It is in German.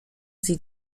sie